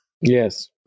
Yes